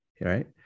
Right